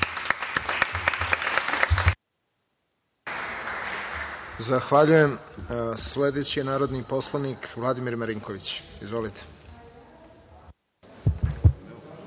Zahvaljujem. Sledeći je narodni poslanik Vladimir Marinković. Izvolite.